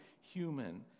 human